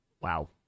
Wow